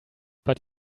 but